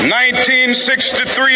1963